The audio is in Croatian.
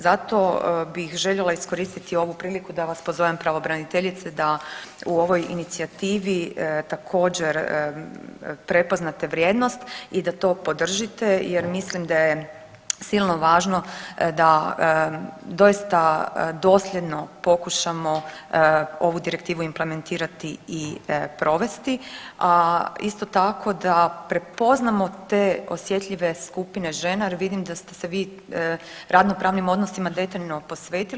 Zato bih željele iskoristiti ovu priliku da vas pozovem pravobraniteljice da u ovoj inicijativi također prepoznate vrijednost i da to podržite jer mislim da je silno važno da doista dosljedno pokušamo ovu direktivu implementirati i provesti, a isto tako da prepoznamo te osjetljive skupine žena jer vidim da ste se vi radno-pravnim odnosima detaljno posvetili.